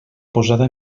posada